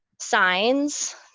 signs